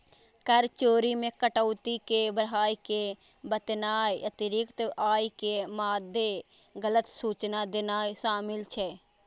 कर चोरी मे कटौती कें बढ़ाय के बतेनाय, अतिरिक्त आय के मादे गलत सूचना देनाय शामिल छै